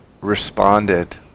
responded